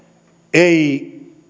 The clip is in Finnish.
ei